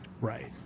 Right